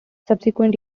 subsequent